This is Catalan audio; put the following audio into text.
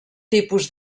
tipus